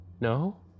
no